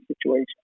situation